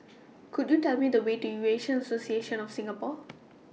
Could YOU Tell Me The Way to Eurasian Association of Singapore